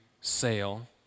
sail